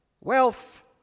wealth